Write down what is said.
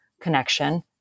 connection